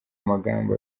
magambo